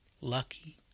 lucky